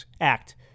Act